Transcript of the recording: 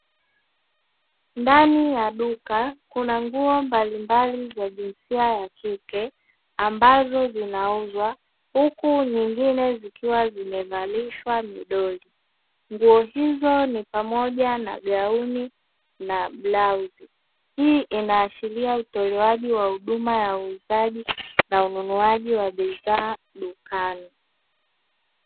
Ndani ya duka kuna nguo mbalimbali za jinsia ya kike ambazo zinauzwa, huku nyingine zikiwa zimevalishwa midoli. Nguo hizo ni pamoja na gauni na blauzi, hii inaashiria utolewaji wa huduma ya uuzaji na ununuaji wa bidhaa dukani.